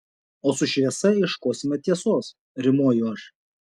o su šviesa ieškosime tiesos rimuoju aš